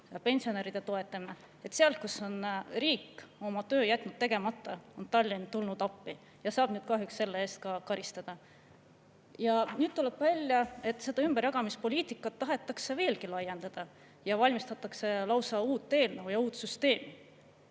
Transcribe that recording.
pensionäride toetamine. Seal, kus on riik oma töö jätnud tegemata, on Tallinn tulnud appi ja saab nüüd kahjuks selle eest ka karistada. Ja nüüd tuleb välja, et seda ümberjagamispoliitikat tahetakse veelgi laiendada ja valmistatakse lausa uut eelnõu ja uut süsteemi.